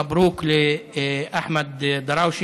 מברוכ לאחמד דראושה.